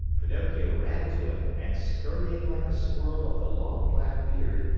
pinocchio ran to him and scurrying like a squirrel up the long black beard,